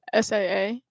SAA